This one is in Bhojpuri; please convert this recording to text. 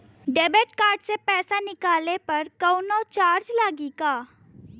देबिट कार्ड से पैसा निकलले पर कौनो चार्ज लागि का?